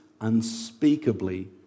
unspeakably